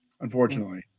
unfortunately